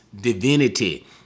divinity